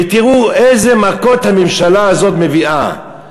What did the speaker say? ותראו איזה מכות הממשלה הזאת מביאה,